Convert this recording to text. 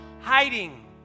hiding